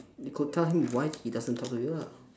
you could tell him why he doesn't talk to you ah